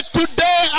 today